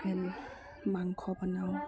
মাংস বনাওঁ